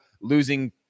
losing